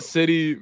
City